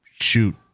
shoot